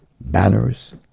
banners